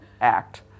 act